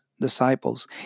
disciples